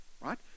right